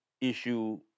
issue